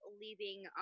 leaving